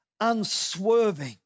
unswerving